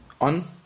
on